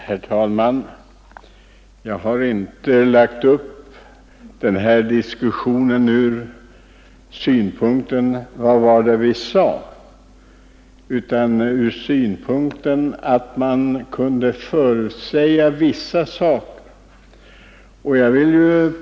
Herr talman! Jag har inte lagt upp den här diskussionen från utgångspunkten: ”Vad var det vi sade? ”, men jag anser att man kunde ha förutsett vissa saker.